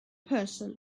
person